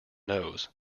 knows